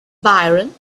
byrne